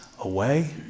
away